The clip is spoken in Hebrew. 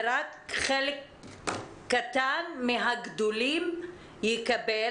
ורק חלק קטן מהגדולים יקבל,